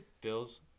Bills